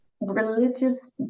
religious